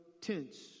tents